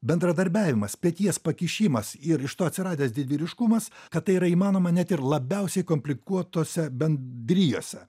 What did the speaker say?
bendradarbiavimas peties pakišimas ir iš to atsiradęs didvyriškumas kad tai yra įmanoma net ir labiausiai komplikuotose bendrijose